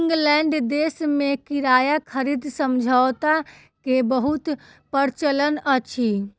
England देश में किराया खरीद समझौता के बहुत प्रचलन अछि